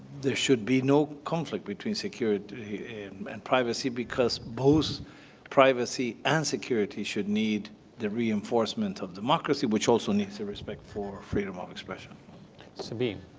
there should be no conflict between security and and privacy because both privacy and security should need the reinforcement of democracy, which also needs the respect for freedom of expression. so eric